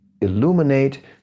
illuminate